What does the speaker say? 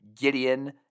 Gideon